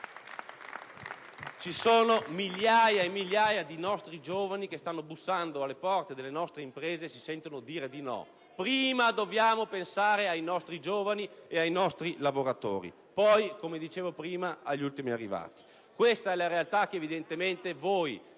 Ci sono migliaia e migliaia di nostri giovani che stanno bussando alle porte delle nostre imprese e che si sentono dire di no. Prima dobbiamo pensare ai nostri giovani ed ai nostri lavoratori; poi, come dicevo prima, agli ultimi arrivati. Questa è la realtà che evidentemente voi